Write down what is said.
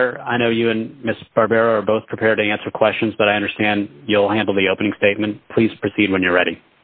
latter i know you and mr barron both prepared to answer questions but i understand you will handle the opening statement please proceed when you're ready